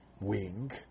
wing